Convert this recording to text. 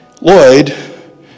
Lloyd